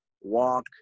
walk